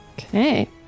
Okay